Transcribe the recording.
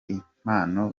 impano